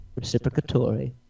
Reciprocatory